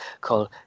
called